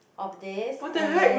of this and then